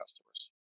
customers